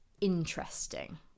interesting